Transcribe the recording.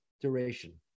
duration